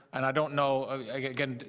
and i don't know again,